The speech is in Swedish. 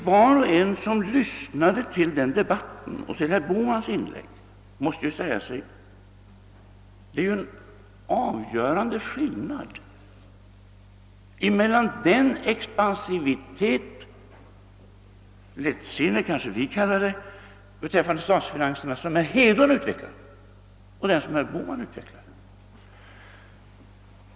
Var och en som lyssnade till den debatten och särskilt till herr Bohmans inlägg måste ju säga sig, att det är en avgörande skillnad mellan den expansivitet — lättsinne kanske vi kallar det — beträffande statsfinanserna som herr Hedlund utvecklar och den som herr Bohman utvecklar.